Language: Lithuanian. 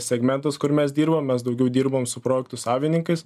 segmentas kur mes dirbam mes daugiau dirbam su projektų savininkais